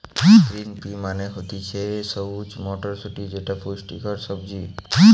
green pea মানে হতিছে সবুজ মটরশুটি যেটা পুষ্টিকর সবজি